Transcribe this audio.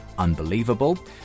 unbelievable